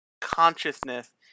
consciousness